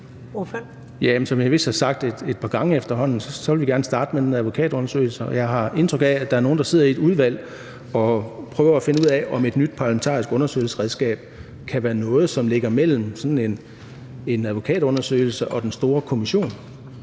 Som jeg vist har sagt et par gange efterhånden, vil vi gerne starte med en advokatundersøgelse, og jeg har indtryk af, at der er nogle, der sidder i et udvalg og prøver at finde ud af, om et nyt parlamentarisk undersøgelsesredskab kan være noget, som ligger mellem sådan en advokatundersøgelse og den store